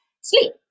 Sleep